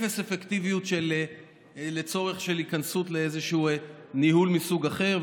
אפס אפקטיביות לצורך של כניסה לניהול מסוג אחר,